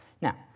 Now